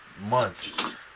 months